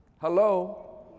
hello